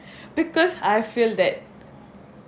because I feel that